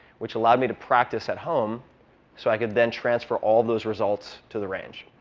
which allowed me to practice at home so i could then transfer all those results to the range,